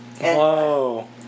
Whoa